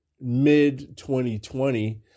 mid-2020